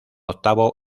octavo